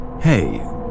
Hey